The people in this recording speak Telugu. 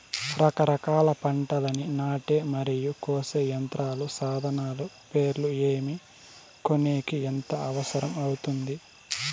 రకరకాల పంటలని నాటే మరియు కోసే యంత్రాలు, సాధనాలు పేర్లు ఏమి, కొనేకి ఎంత అవసరం అవుతుంది?